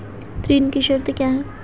ऋण की शर्तें क्या हैं?